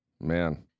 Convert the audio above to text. Man